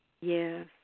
Yes